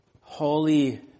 holy